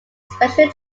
special